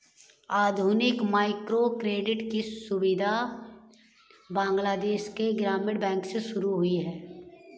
आधुनिक माइक्रोक्रेडिट की सुविधा बांग्लादेश के ग्रामीण बैंक से शुरू हुई है